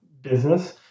business